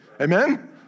Amen